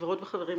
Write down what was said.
חברות וחברים,